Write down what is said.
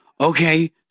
okay